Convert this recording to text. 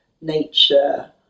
nature